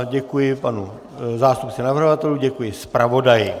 Děkuji panu zástupci navrhovatelů, děkuji zpravodaji.